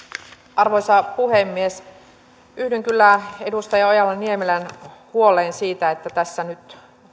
arvoisa puhemies yhdyn kyllä edustaja ojala niemelän huoleen siitä että tässä nyt